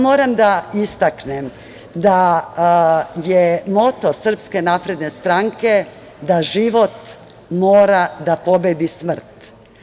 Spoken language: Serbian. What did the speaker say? Moram da istaknem da je moto Srpske napredne stranke da život mora da pobedi smrt.